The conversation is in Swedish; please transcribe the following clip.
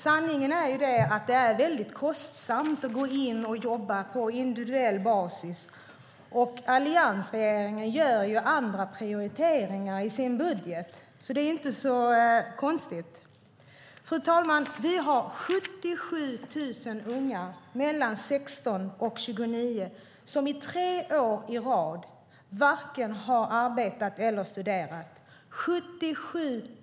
Sanningen är att det är väldigt kostsamt att gå in och jobba på individuell basis, och alliansregeringen gör andra prioriteringar i sin budget. Det är alltså inte så konstigt. Fru talman! Vi har 77 000 unga mellan 16 och 29 som i tre år i rad varken har arbetat eller studerat.